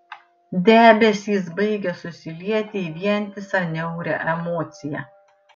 debesys baigė susilieti į vientisą niaurią emociją